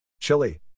Chile